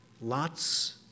lots